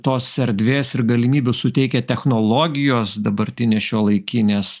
tos erdvės ir galimybių suteikia technologijos dabartinės šiuolaikinės